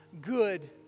good